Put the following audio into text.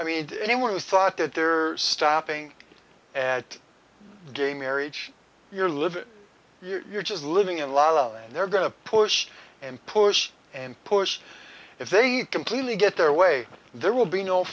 i mean anyone who thought that there are stopping at gay marriage you're living you're just living in la la land they're going to push and push and push if they completely get their way there will be no